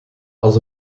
als